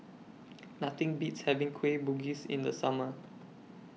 Nothing Beats having Kueh Bugis in The Summer